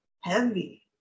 heavy